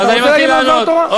אתה רוצה להגיד לנו דבר תורה?